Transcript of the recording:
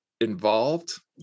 involved